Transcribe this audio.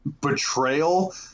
betrayal